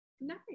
Nice